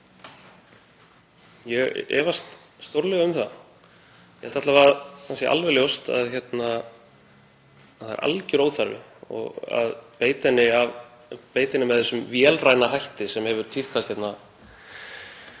Ég efast stórlega um það. Ég held alla vega að það sé alveg ljóst að það er alger óþarfi að beita henni með þessum vélræna hætti sem hefur tíðkast hérna